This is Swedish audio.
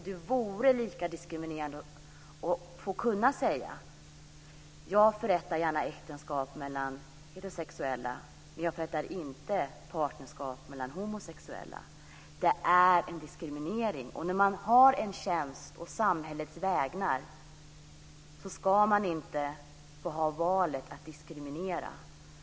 Det vore lika diskriminerande att säga så här: "Jag förrättar gärna vigslar mellan heterosexuella, men jag är inte registreringsförrättare för homosexuella". Det är en diskriminering. När samhället erbjuder en tjänst ska man inte kunna välja att diskriminera.